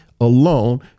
alone